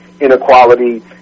inequality